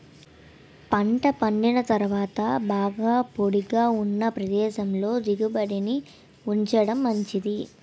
పంట పండిన తరువాత బాగా పొడిగా ఉన్న ప్రదేశంలో దిగుబడిని ఉంచడం మంచిది